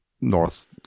north